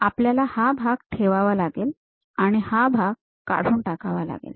आणि आपल्याला हा भाग ठेवल्या लागेल आणि हा भाग काढून टाकावा लागेल